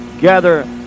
gather